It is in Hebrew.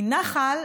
כי נחל,